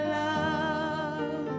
love